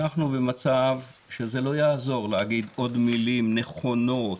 אנחנו במצב שזה לא יעזור להגיד עוד מילים נכונות,